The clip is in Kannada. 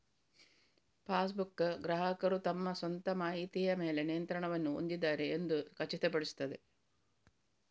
ಪಾಸ್ಬುಕ್, ಗ್ರಾಹಕರು ತಮ್ಮ ಸ್ವಂತ ಮಾಹಿತಿಯ ಮೇಲೆ ನಿಯಂತ್ರಣವನ್ನು ಹೊಂದಿದ್ದಾರೆ ಎಂದು ಖಚಿತಪಡಿಸುತ್ತದೆ